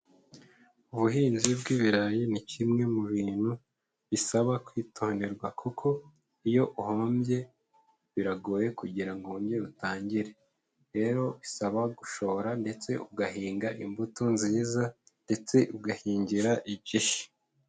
Ubuhinzi bw'ibirayi ni kimwe mu bintu bisaba kwitonderwa kuko iyo uhombye biragoye kugira ngo wongere utangire, rero bisaba gushora ndetse ugahinga imbuto nziza ndetse ugahingira igihe.